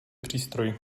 přístroj